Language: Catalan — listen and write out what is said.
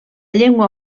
llengua